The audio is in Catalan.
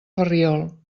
ferriol